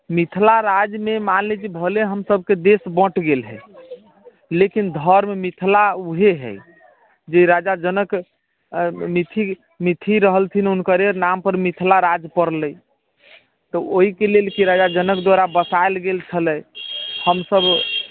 मिथिला राज्यमे मान लीजिए जे भले हम देश बँट गेल हय लेकिन धर्म मिथिला ओहे हय जे राजा जनक मिथि मिथि रहलथिन हुनकरे नाम पर मिथिला राज्य पड़लै तऽ ओहिके लेल कि राजा जनक द्वारा बसाएल गेल छलै हमसभ